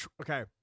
Okay